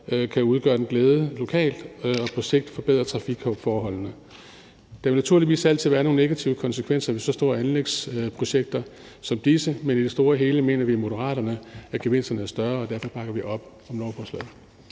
kan være til glæde lokalt og på sigt forbedre trafikforholdene. Der vil naturligvis altid være nogle negative konsekvenser ved så store anlægsprojekter som disse, men i det store hele mener vi i Moderaterne, at gevinsterne er større, og derfor bakker vi op om lovforslaget.